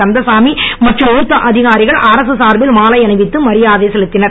கந்தசாமி மற்றும் மூத்த அதிகாரிகள் அரசு சார்பில் மாலை அணிவித்து மரியாதை செலுத்தினர்